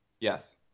Yes